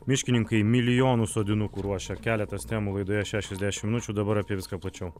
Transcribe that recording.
miškininkai milijonus sodinukų ruošia keletas temų laidoje šešiasdešimt minučių dabar apie viską plačiau